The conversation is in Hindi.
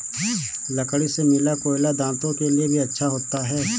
लकड़ी से मिला कोयला दांतों के लिए भी अच्छा होता है